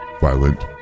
violent